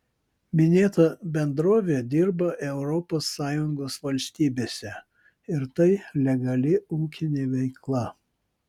minėta bendrovė dirba europos sąjungos valstybėse ir tai legali ūkinė veikla